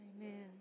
Amen